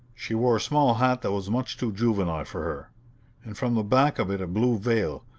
she wore a small hat that was much too juvenile for her and from the back of it a blue veil,